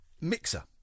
mixer